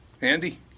Andy